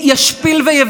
במו ידיכם,